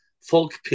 Folk